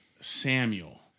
Samuel